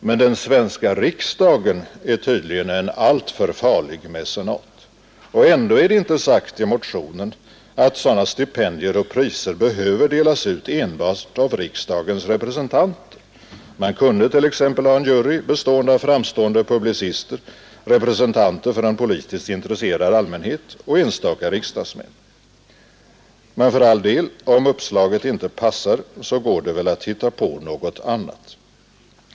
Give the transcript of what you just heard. Men den svenska riksdagen är tydligen en alltför farlig mecenat. Ändå är det inte sagt i motionen att sådana stipendier och priser behövde delas ut enbart av riksdagens representanter. Man kunde t.ex. ha en jury bestående av framstående publicister, representanter för en politiskt intresserad allmänhet och enstaka riksdagsmän. Men för all del, om uppslaget inte passar, går det väl att hitta på något annat.